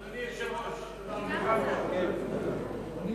אדוני היושב-ראש, גם רונית רוצה להגיד מלה.